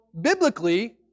biblically